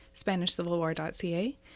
SpanishCivilWar.ca